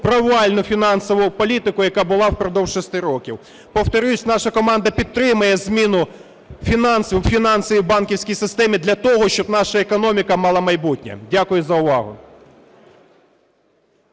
провальну фінансову політику, яка була впродовж 6 років. Повторюсь, наша команда підтримає зміну в фінансовій і банківській системі для того, щоб наша економіка мала майбутнє. Дякую за увагу.